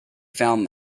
found